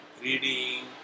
reading